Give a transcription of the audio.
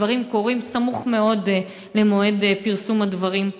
הדברים קורים סמוך מאוד למועד פרסום הדברים.